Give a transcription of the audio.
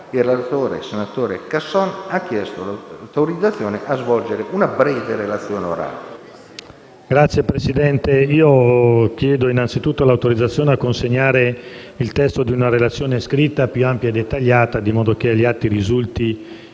senatore Casson, ha chiesto l'autorizzazione a svolgere la relazione orale.